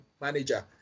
manager